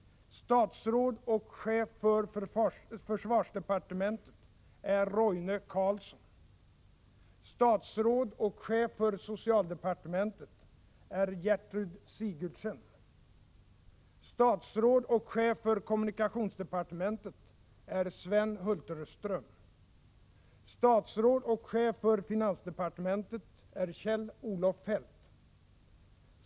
Statsråd och chef för försvarsdepartementet är Roine Carlsson. Statsråd och chef för socialdepartementet är Gertrud Sigurdsen. Statsråd och chef för kommunikationsdepartementet är Sven Hulterström. Statsråd och chef för finansdepartementet är Kjell-Olof Feldt.